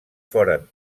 foren